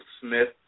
Smith